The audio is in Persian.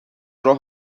راه